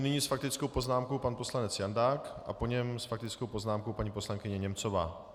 Nyní s faktickou poznámkou pan poslanec Jandák a po něm s faktickou poznámkou paní poslankyně Němcová.